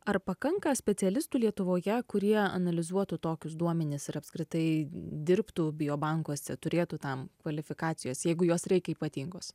ar pakanka specialistų lietuvoje kurie analizuotų tokius duomenis ir apskritai dirbtų biobankuose turėtų tam kvalifikacijos jeigu jos reikia ypatingos